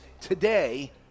today